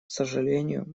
сожалению